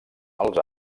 els